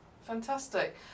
fantastic